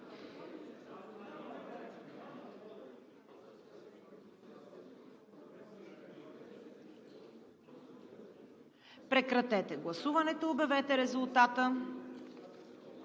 Прекратете гласуването и обявете резултата.